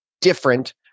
different